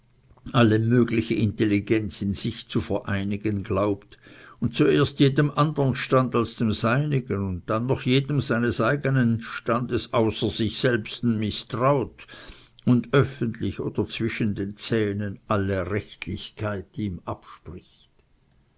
alle mögliche intelligenz in sich zu vereinigen glaubt und zuerst jedem andern stand als dem seinigen und dann noch jedem seines eigenen standes außer sich selbsten mißtraut und öffentlich oder zwischen den zähnen alle rechtlichkeit ihm abspricht